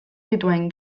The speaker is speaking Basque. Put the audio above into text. dituen